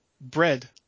Bread